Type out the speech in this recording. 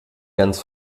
ganz